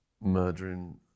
murdering